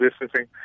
distancing